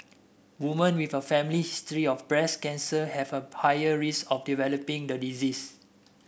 women with a family history of breast cancer have a higher risk of developing the disease